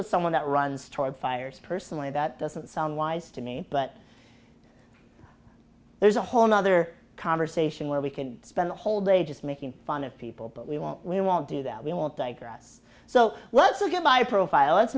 with someone that runs toward fires personally that doesn't sound wise to me but there's a whole nother conversation where we can spend a whole day just making fun of people but we won't we won't do that we won't digress so let's look at my profile let's